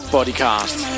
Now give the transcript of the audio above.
BodyCast